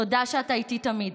תודה על שאתה איתי תמיד,